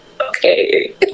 okay